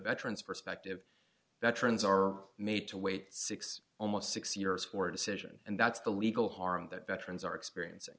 veterans perspective veterans are made to wait six almost six years for a decision and that's the legal harm that veterans are experiencing